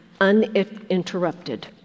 uninterrupted